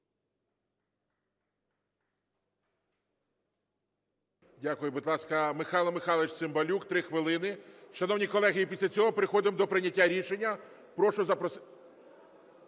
Дякую. Будь ласка, Михайло Михайлович Цимбалюк, 3 хвилини. Шановні колеги, і після цього переходимо до прийняття рішення. Прошу ....